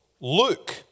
Luke